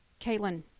Caitlin